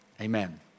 amen